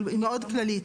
אבל היא מאוד כללית.